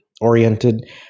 oriented